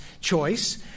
choice